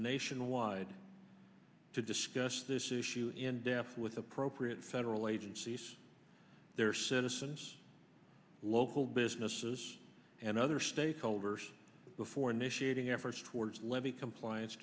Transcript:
nationwide to discuss this issue in depth with appropriate federal agencies their citizens local businesses and other state holders before initiating efforts towards levy compliance